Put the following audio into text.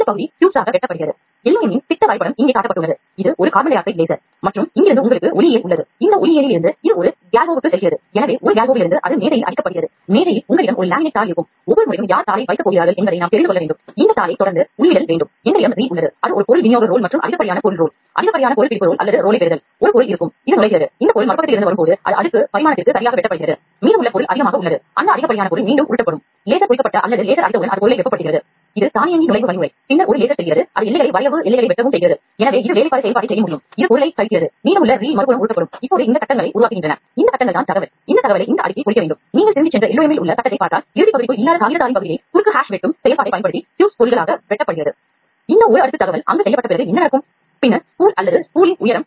இந்த விரிவுரையில் நாம் திரவ அடிப்படையிலான செயல்முறைகளை பற்றி கவனம் செலுத்துவோம்